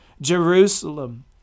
Jerusalem